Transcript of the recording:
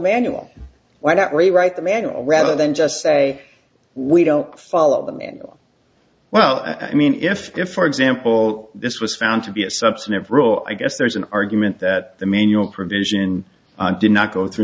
manual why don't we write the manual rather than just say we don't follow them well i mean if to for example this was found to be a substantive rule i guess there's an argument that the manual provision did not go through